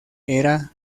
era